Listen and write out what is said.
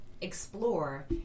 explore